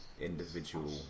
individual